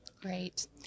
Great